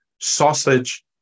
sausage